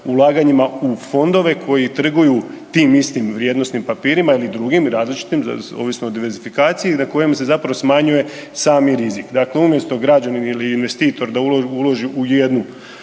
ulaganjima u fondove koji trguju tim istim vrijednosnim papirima ili drugim različitim ovisno o diversifikaciji na kojem se zapravo smanjuje sami rizik. Dakle, umjesto građanin ili investitor da uloži u jedan